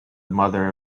mother